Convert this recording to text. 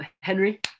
Henry